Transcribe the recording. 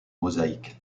mosaïque